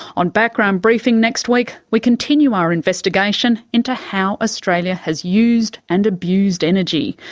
on background briefing next week we continue our investigation into how australia has used and abused energy,